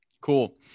Cool